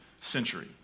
century